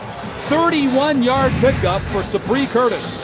thirty one yard pickup for sabree curtis.